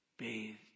bathed